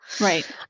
Right